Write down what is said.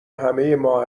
همهما